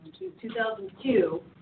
2002